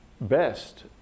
best